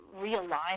realign